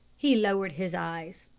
he lowered his eyes.